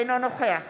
אינו נוכח